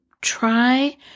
try